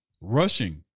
Rushing